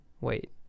wait